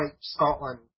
Scotland